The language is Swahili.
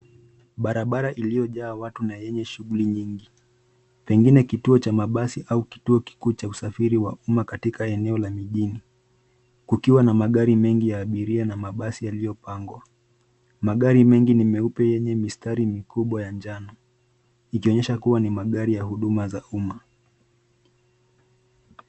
Barabara iliyojaa watu na yenye shughuli nyingi, pengine kituo cha mabasi au kituo kikuu cha usafiri wa uma katika eneo la mijini, kukiwa na magari mengi ya abiria na mabasi yaliyopangwa. Magari mengi ni meupe yenye mistari mikubwa ya njano, ikionyesha kua ni magari ya huduma za uma.